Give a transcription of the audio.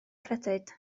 credyd